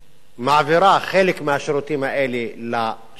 מעבירה חלק מהשירותים האלה לשלטון המקומי,